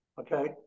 Okay